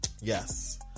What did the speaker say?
yes